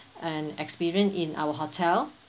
and experience in our hotel